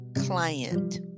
client